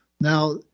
Now